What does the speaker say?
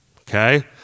Okay